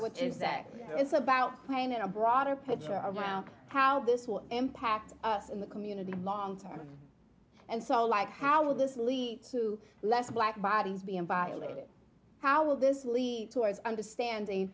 which is that it's about playing a broader picture around how this will impact us in the community a long time and so like how will this lead to less black bodies being violated how will this lead towards understanding